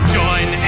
join